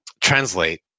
translate